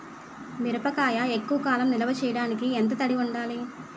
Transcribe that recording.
మిరపకాయ ఎక్కువ కాలం నిల్వ చేయటానికి ఎంత తడి ఉండాలి?